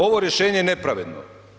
Ovo rješenje je nepravedno.